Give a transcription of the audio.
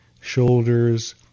shoulders